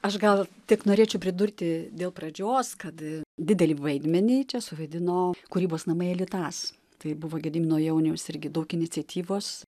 aš gal tik norėčiau pridurti dėl pradžios kad didelį vaidmenį čia suvaidino kūrybos namai elitas tai buvo gedimino jauniaus irgi daug iniciatyvos